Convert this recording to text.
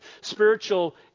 spiritual